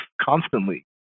constantly